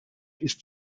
ist